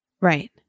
Right